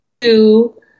Two